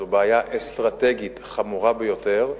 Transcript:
זו בעיה אסטרטגית חמורה ביותר,